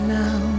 now